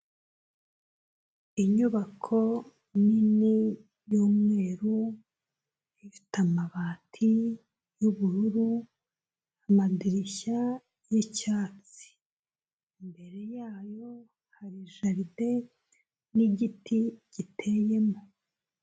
Inyubako nini yumweru ifite amabati y'ubururu n'amadirishya y'icyatsi. Imbere yayo hari jaride n'igiti giteyemo.